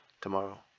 tomorrow